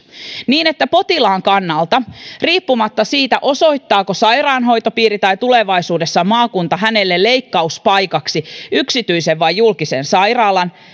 niin että potilaan kannalta riippumatta siitä osoittaako sairaanhoitopiiri tai tulevaisuudessa maakunta hänelle leikkauspaikaksi yksityisen vai julkisen sairaalan